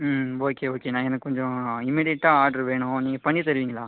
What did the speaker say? ம் ஓகே ஓகேண்ணா எனக்கு கொஞ்சம் இமீடியட்டாக ஆட்ரு வேணும் நீங்கள் பண்ணி தருவீங்களா